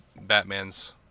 Batman's